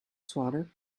swatter